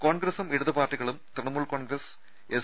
കോൺഗ്രസും ഇടതു പാർട്ടികളും തൃണമൂൽ കോൺഗ്രസ് എസ്